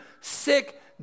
sick